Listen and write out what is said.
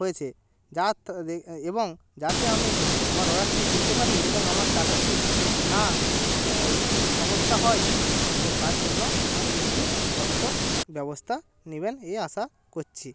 হয়েছে যা এবং যাতে আমি আমার অর্ডারটি পেতে পারি এবং আমার টাকাটি না সমস্যা হয় তো সে তার জন্য আপনি একটু সত্বর ব্যবস্তা নেবেন এই আশা করছি